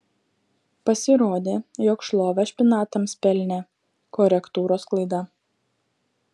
pasirodė jog šlovę špinatams pelnė korektūros klaida